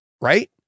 right